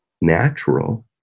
natural